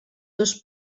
dos